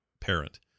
parent